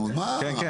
נו, מה?